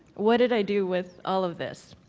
what did i do with all of this?